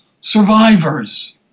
survivors